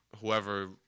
whoever